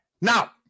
Now